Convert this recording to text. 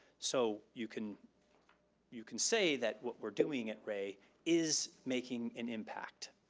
so you can you can say that what we're doing at rea is making an impact,